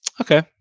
Okay